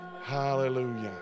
Hallelujah